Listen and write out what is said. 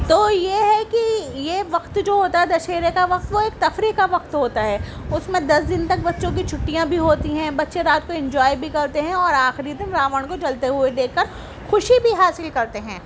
تو یہ ہے کہ یہ وقت جو ہوتا ہے دشہرے کا وقت وہ ایک تفریح کا وقت ہوتا ہے اُس میں دس دِن تک بچوں کی چھٹیاں بھی ہوتی ہیں بچے رات کو انجوائے بھی کرتے ہیں اور آخری دِن راون کو جلتے ہوئے دیکھ کر خوشی بھی حاصل کرتے ہیں